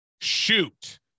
shoot